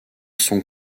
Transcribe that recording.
sont